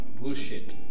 bullshit